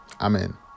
Amen